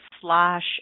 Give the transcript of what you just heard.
slash